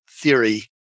theory